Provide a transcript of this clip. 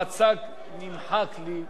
נמחק בן-רגע,